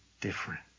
different